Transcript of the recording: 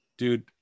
Dude